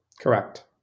Correct